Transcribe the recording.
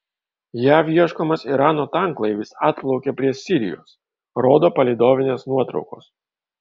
jav ieškomas irano tanklaivis atplaukė prie sirijos rodo palydovinės nuotraukos